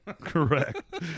Correct